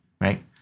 right